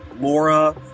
Laura